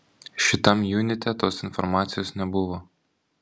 šitam junite tos informacijos nebuvo